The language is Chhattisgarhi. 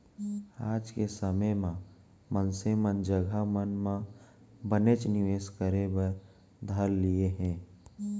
आज के समे म मनसे मन जघा मन म बनेच निवेस करे बर धर लिये हें